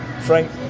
Frank